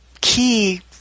key